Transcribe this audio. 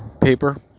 paper